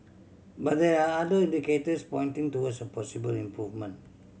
but there are other indicators pointing towards a possible improvement